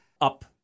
up